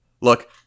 look